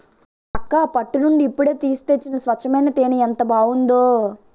అక్కా పట్టు నుండి ఇప్పుడే తీసి తెచ్చిన స్వచ్చమైన తేనే ఎంత బావుందో